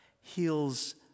heals